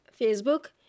Facebook